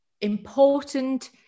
important